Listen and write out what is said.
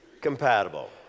compatible